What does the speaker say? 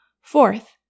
Fourth